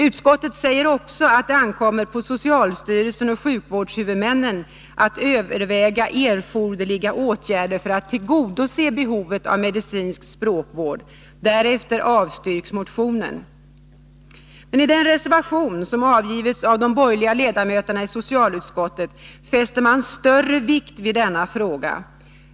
Utskottet säger också att det ankommer på socialstyrelsen och sjukvårdshuvudmännen att överväga erforderliga åtgärder för att tillgodose behovet av medicinsk språkvård. Därefter avstyrks motionen. I den reservation som avgivits av de borgerliga ledamöterna i socialutskottet fästs dock större vikt vid denna fråga.